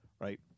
right